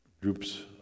groups